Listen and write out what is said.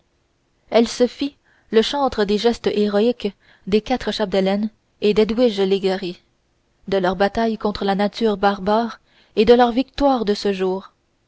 elle se fit le chantre des gestes héroïques des quatre chapdelaine et d'edwige légaré de leur bataille contre la nature barbare et de leur victoire de ce jour